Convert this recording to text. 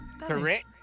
correct